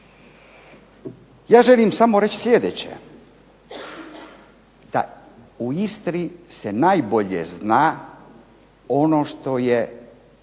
Ja želim samo reći sljedeće: da u Istri se najbolje zna ono što